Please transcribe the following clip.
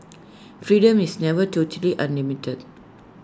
freedom is never totally unlimited